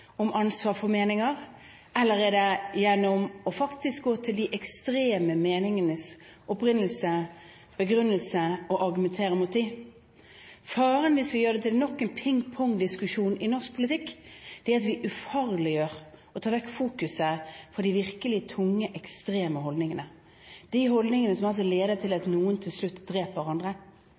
om ansvar for meninger, eller er det gjennom faktisk å gå til de ekstreme meningenes opprinnelse og begrunnelse og argumentere mot dem? Faren hvis vi gjør det til nok en pingpongdiskusjon i norsk politikk, er at vi ufarliggjør og tar oppmerksomheten vekk fra de virkelig tunge ekstreme holdningene – de holdningene som altså leder til at noen til slutt dreper hverandre.